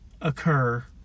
occur